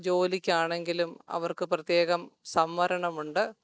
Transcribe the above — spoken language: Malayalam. ജോലിക്കാണെങ്കിലും അവർക്ക് പ്രത്യേകം സംവരണം ഉണ്ട്